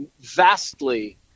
vastly